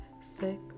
six